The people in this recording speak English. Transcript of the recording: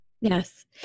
yes